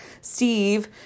Steve